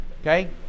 okay